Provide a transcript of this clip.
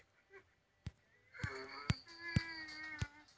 केते दिन में भेज अंकूर होबे जयते है?